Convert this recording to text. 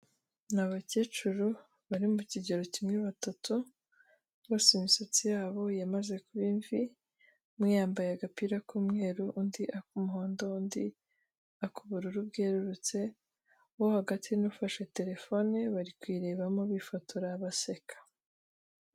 Ni abakecuru bari mu kigero kimwe batatu, bose imisatsi yabo yamaze kuba imvi, umwe yambaye agapira k'umweru, undi ak'umuhondo, undi ak'ubururu bwerurutse, uwo hagati n'ufashe terefone bari kurebamo, bifotora, baseka.